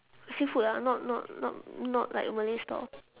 seafood ah not not not not like malay stall